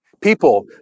People